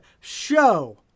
show